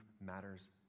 matters